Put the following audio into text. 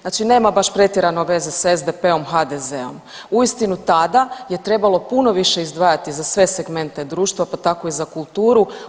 Znači nema pretjerano veze s SDP-om, HDZ-om, uistinu tada je trebalo puno više izdvajati za sve segmente društva pa tako i za kulturu.